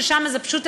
ששם זה פשוט,